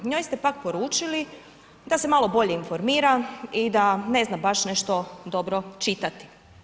Njoj ste pak poručili, da se malo bolje informira i da ne zna baš nešto dobro čitati.